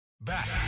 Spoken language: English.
Back